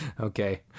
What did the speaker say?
Okay